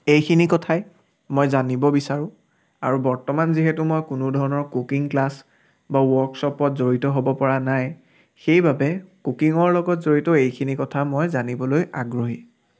এইখিনি কথাই মই জানিব বিচাৰোঁ আৰু বৰ্তমান যিহেতু মই কোনো ধৰণৰ কুকিং ক্লাছ বা ৱৰ্কশ্বপত জড়িত হ'ব পৰা নাই সেইবাবে কুকিঙৰ লগত জড়িত এইখিনি কথা মই জানিবলৈ আগ্ৰহী